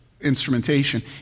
instrumentation